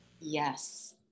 Yes